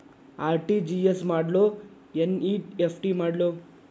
RTGS ಮಾಡ್ಲೊ NEFT ಮಾಡ್ಲೊ?